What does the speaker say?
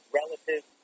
relative